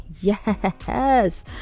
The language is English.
Yes